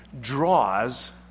draws